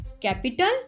capital